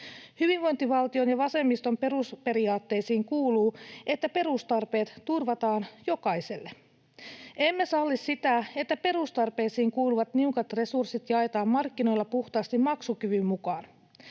Hyvinvointivaltion ja vasemmiston perusperiaatteisiin kuuluu, että perustarpeet turvataan jokaiselle. Emme salli sitä, että perustarpeisiin kuuluvat niukat resurssit jaetaan markkinoilla puhtaasti maksukyvyn mukaan.